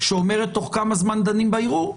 שאומרת תוך כמה זמן דנים בערעור.